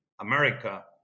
America